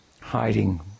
Hiding